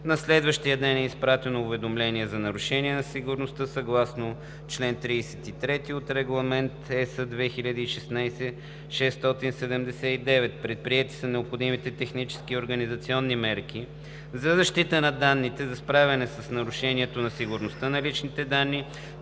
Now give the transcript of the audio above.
На следващия ден е изпратено уведомление за нарушение на сигурността съгласно чл. 33 от Регламент (ЕС) 2016/679. Предприети са необходимите технически и организационни мерки за защита на данните за справяне с нарушението на сигурността на личните данни,